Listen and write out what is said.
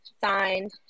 signed